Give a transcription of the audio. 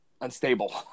unstable